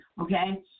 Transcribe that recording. Okay